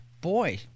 boy